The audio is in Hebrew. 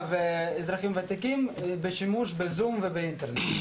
והאזרחים הוותיקים להשתמש בזום ובאינטרנט.